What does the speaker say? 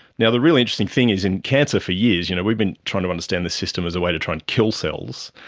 the the really interesting thing is in cancer for years you know we've been trying to understand this system as a way to try and kill cells,